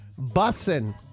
Bussin